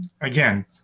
again